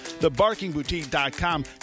TheBarkingBoutique.com